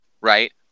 right